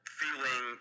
feeling